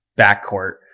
backcourt